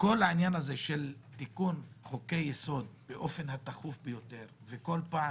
כל העניין של תיקון חוקי-יסוד באופן התכוף ביותר וכל פעם